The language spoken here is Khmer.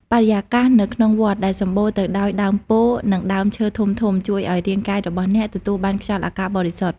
បរិយាកាសនៅក្នុងវត្តដែលសំបូរទៅដោយដើមពោធិ៍ និងដើមឈើធំៗ ជួយឱ្យរាងកាយរបស់អ្នកទទួលបានខ្យល់អាកាសបរិសុទ្ធ។